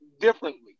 differently